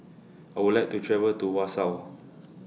I Would like to travel to Warsaw